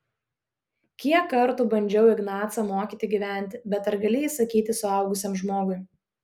kiek kartų bandžiau ignacą mokyti gyventi bet ar gali įsakyti suaugusiam žmogui